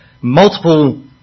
multiple